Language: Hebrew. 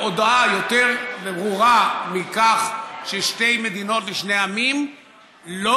מהודאה יותר ברורה מכך ששתי מדינות לשני עמים לא